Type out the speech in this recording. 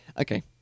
Okay